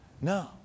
No